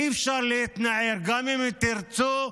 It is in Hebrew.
אי-אפשר להתנער, גם אם תרצו,